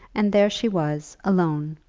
and there she was, alone,